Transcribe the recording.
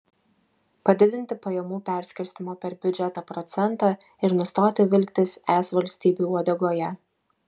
padidinti pajamų perskirstymo per biudžetą procentą ir nustoti vilktis es valstybių uodegoje